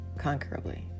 Conquerably